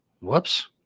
Whoops